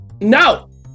No